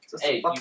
Hey